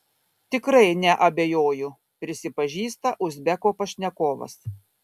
tikrai neabejoju prisipažįsta uzbeko pašnekovas